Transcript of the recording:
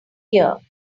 here